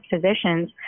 physicians